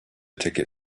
ticket